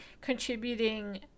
contributing